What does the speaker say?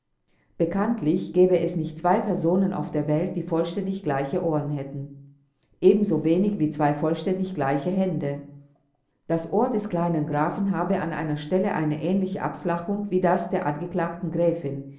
bekanntlich gäbe es nicht zwei personen auf der welt die vollständig gleiche ohren hätten ebensowenig wie zwei vollständig gleiche hände das ohr des kleinen grafen habe an einer stelle eine ähnliche abflachung wie das der angeklagten gräfin